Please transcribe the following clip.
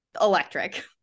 electric